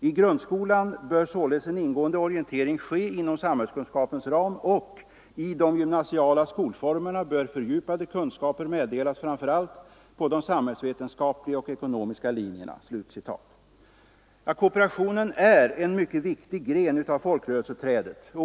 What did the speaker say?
I grundskolan bör således en ingående orientering ske inom samhällskunskapens ram och i de gymnasiala skolformerna bör fördjupade kunskaper meddelas framför allt på de samhällsvetenskapliga och ekonomiska linjerna.” Kooperationen är en mycket viktig gren av folkrörelseträdet.